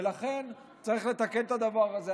ולכן צריך לתקן את הדבר הזה.